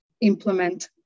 implement